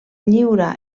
lliura